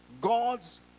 God's